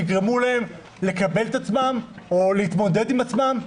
תגרמו להם לקבל את עצמם או להתמודד עם עצמם.